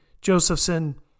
Josephson